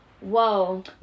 Whoa